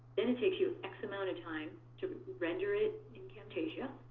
then it takes you x amount of time to render it in camtasia.